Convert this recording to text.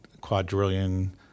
quadrillion